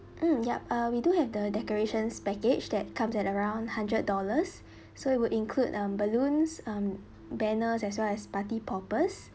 mm yup uh we do have the decorations package that comes at around hundred dollars so it would include um balloons um banners as well as party poppers